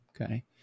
okay